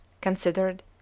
considered